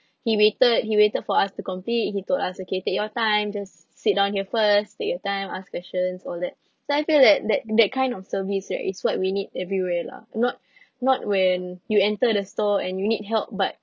he waited he waited for us to complete he told us okay take your time just sit down here first take your time ask questions all that so I feel that that that kind of service right it's what we need everywhere lah not not when you enter the store and you need help but